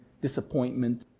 disappointment